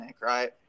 right